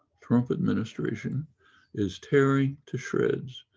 trump administration is tearing to shreds,